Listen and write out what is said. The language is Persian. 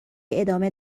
ادامه